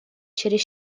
через